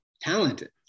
talented